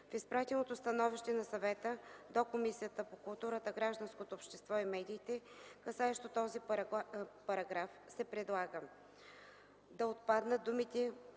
В изпратеното становище на Съвета до Комисията по културата, гражданското общество и медиите, касаещо този параграф, се предлага: - да отпаднат думите